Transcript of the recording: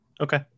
Okay